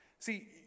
See